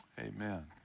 amen